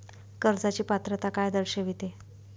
कर्जाची पात्रता काय दर्शविते?